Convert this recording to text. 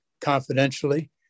confidentially